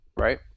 right